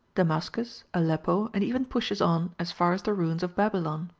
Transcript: damascus, aleppo, and even pushes on as far as the ruins of babylon.